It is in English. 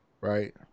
right